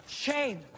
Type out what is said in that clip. shame